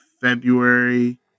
february